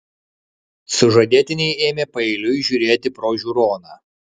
sužadėtiniai ėmė paeiliui žiūrėti pro žiūroną